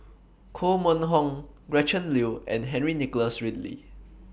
Koh Mun Hong Gretchen Liu and Henry Nicholas Ridley